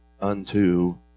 unto